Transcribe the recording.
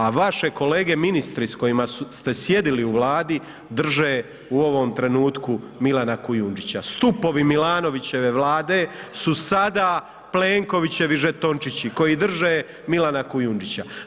A vaše kolege ministre s kojima ste sjedili u Vladi drže u ovom trenutku Milana Kujundžića, stupovi Milanovićeve Vlade su sada Plenkovićevi žetončići koji drže Milana Kujundžića.